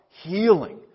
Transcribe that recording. Healing